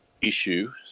issue